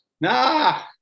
Nah